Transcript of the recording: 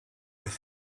with